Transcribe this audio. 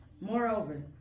moreover